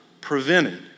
prevented